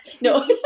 no